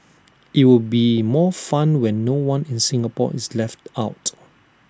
IT will be more fun when no one in Singapore is left out